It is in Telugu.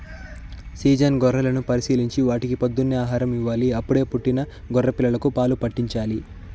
సీజన్ గొర్రెలను పరిశీలించి వాటికి పొద్దున్నే ఆహారం ఇవ్వాలి, అప్పుడే పుట్టిన గొర్రె పిల్లలకు పాలు పాట్టించాలి